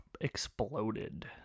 exploded